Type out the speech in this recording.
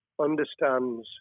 understands